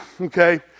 okay